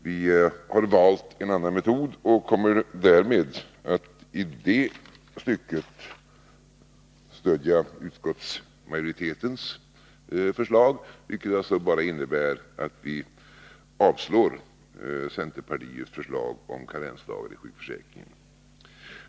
Vi har valt en annan metod och kommer därför i det stycket att stödja utskottsmajoritetens förslag, vilket innebär att vi avstyrker centerpartiets förslag om karensdagar i sjukförsäkringen.